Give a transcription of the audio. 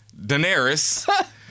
Daenerys